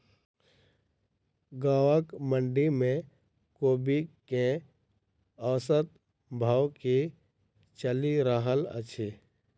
गाँवक मंडी मे कोबी केँ औसत भाव की चलि रहल अछि?